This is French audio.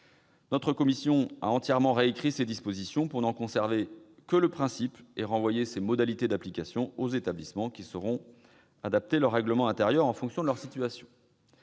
Notre commission a entièrement réécrit ces dispositions pour n'en conserver que le principe, renvoyant ses modalités d'application aux établissements, qui sauront adapter leur règlement intérieur en fonction de leur situation.